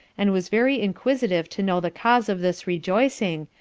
and was very inquisitive to know the cause of this rejoicing,